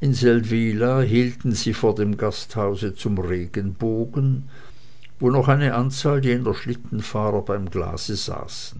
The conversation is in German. in seldwyla hielten sie vor dem gasthause zum regenbogen wo noch eine zahl jener schlittenfahrer beim glase saß